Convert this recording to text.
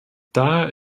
daher